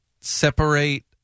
separate